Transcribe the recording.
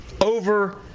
over